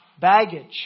baggage